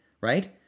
right